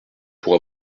pour